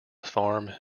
farm